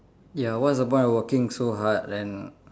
ya what's the point of working so hard then